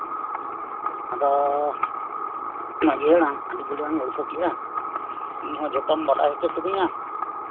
ᱟᱫᱚ ᱢᱟᱹᱡᱷᱤ ᱦᱟᱲᱟᱢ ᱟᱹᱰᱤ ᱜᱷᱟᱹᱲᱤᱡ ᱞᱟᱝ ᱜᱚᱞᱯᱷᱚ ᱠᱮᱜᱼᱟ ᱤᱧ ᱦᱚᱸ ᱡᱷᱚᱛᱚᱢ ᱵᱟᱰᱟᱭ ᱦᱚᱪᱚ ᱠᱤᱫᱤᱧᱟ